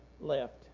left